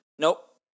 nope